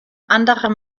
anderer